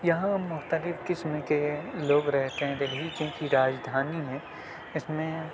یہاں مختلف قسم کے لوگ رہتے ہیں دہلی کیوںکہ راجدھانی ہے اس میں